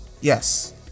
Yes